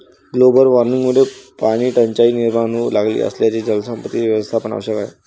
global वॉर्मिंगमुळे पाणीटंचाई निर्माण होऊ लागली असल्याने जलसंपत्तीचे व्यवस्थापन आवश्यक आहे